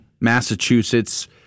Massachusetts